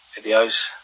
videos